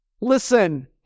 Listen